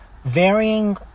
Varying